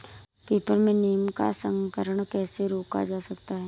People में नीम का संकरण कैसे रोका जा सकता है?